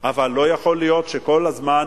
אבל לא יכול להיות שכל הזמן